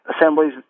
assemblies